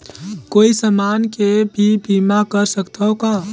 कोई समान के भी बीमा कर सकथव का?